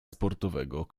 sportowego